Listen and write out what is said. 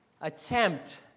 attempt